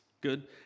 Good